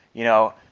you know,